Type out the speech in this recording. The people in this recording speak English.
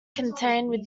contained